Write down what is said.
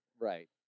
Right